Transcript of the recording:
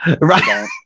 right